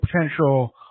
potential